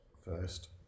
first